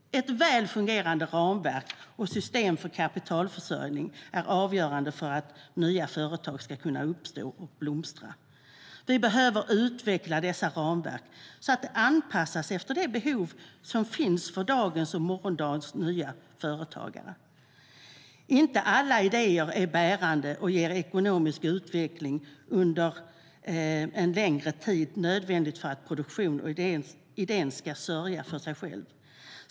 Ett väl fungerande ramverk och system för kapitalförsörjning är avgörande för att nya företag ska kunna uppstå och blomstra. Vi behöver utveckla dessa ramverk så att de anpassas efter de behov som finns för dagens och morgondagens nya företagare. Inte alla idéer är bärande och ger ekonomisk utveckling under en längre tid, vilket är nödvändigt för att produktionen och idén ska sörja för sig själv.